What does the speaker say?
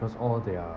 cause all they are